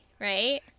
right